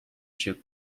się